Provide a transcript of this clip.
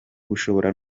bushobora